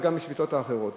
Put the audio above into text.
אבל גם בשביתות האחרות,